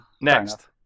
Next